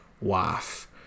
wife